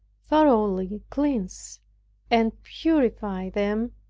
thoroughly cleanse and purify them,